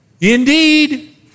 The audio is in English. indeed